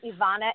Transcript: Ivana